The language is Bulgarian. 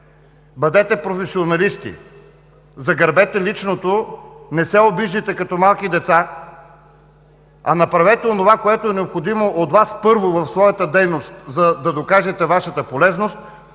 Бъдете професионалисти! Загърбете личното! Не се обиждайте като малки деца, а направете необходимото в своята дейност, за да докажете Вашата полезност,